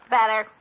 Better